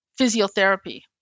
physiotherapy